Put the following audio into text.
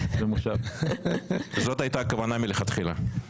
זאת הייתה הכוונה מלכתחילה.